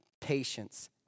patience